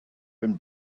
been